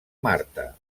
marta